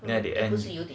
then at the end